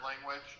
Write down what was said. language